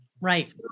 Right